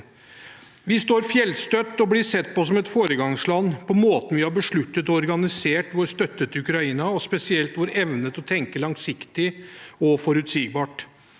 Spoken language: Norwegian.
Vi står fjellstøtt og blir sett på som et foregangsland for måten vi har besluttet og organisert vår støtte til Ukraina på, og spesielt for vår evne til å tenke langsiktig og forutsigbart.